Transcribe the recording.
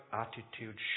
attitude